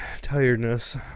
tiredness